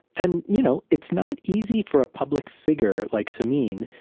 and you know it's not easy for a public figure, like samin,